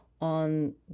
on